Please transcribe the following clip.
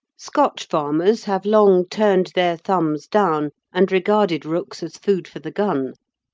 scotch farmers have long turned their thumbs down and regarded rooks as food for the gun,